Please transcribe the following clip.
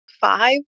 five